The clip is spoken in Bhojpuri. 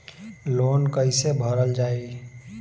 लोन कैसे भरल जाइ?